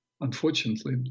unfortunately